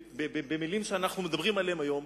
במלים שאנחנו מדברים עליהן היום,